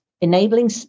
enabling